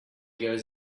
goes